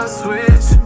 switch